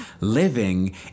living